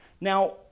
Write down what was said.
Now